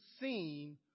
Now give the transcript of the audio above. seen